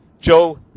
Joe